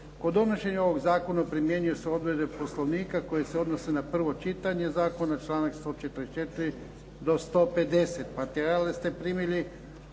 Kod donošenja ovog zakona primjenjuju se odredbe Poslovnika koje se odnose na prvo čitanje zakona, članak 144. do 150. Materijale ste primili